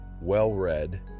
well-read